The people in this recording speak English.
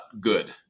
good